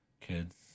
kids